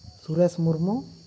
Suresh Murmu